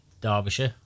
Derbyshire